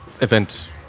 event